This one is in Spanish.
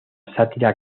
sátira